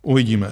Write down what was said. Uvidíme.